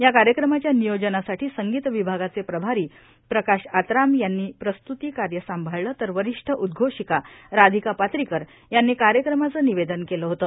या कार्यक्रमाच्या वियोजनासाठी संगीत विभागाचे प्रभारी प्रकाश आत्राम यांनी प्रस्तुतीकार्य सांभाळले तर वरिष्ठ उद्योषिका राधिका पात्रीकर यांनी कार्यक्रमाचे निवेदन केले होते